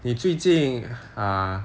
你最近 err